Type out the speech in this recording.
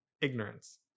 ignorance